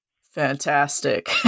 Fantastic